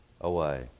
away